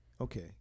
Okay